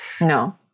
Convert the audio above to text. No